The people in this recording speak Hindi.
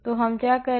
तो हम क्या करे